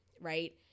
right